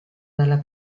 dalla